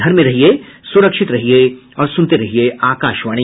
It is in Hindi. घर में रहिये सुरक्षित रहिये और सुनते रहिये आकाशवाणी